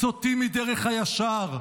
סוטים מדרך הישר.